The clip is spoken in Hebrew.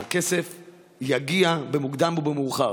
הכסף יגיע, במוקדם או במאוחר.